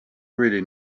really